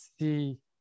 see